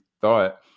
thought